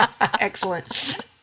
Excellent